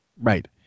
Right